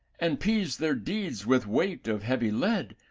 and peise their deeds with weight of heavy lead,